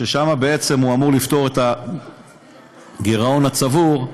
שבה היא בעצם אמורה לפתור את הגירעון הצבור,